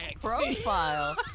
Profile